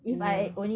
ya